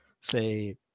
say